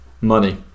money